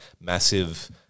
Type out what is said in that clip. massive